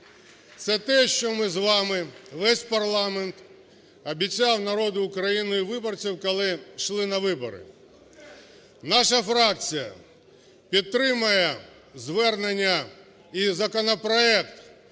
Це те, що ми з вами, весь парламент, обіцяв народу України і виборцям, коли йшли на вибори. Наша фракція підтримає звернення і законопроект